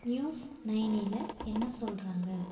news நைனில் என்ன சொல்கிறாங்க